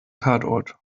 tatort